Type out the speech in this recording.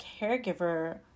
caregiver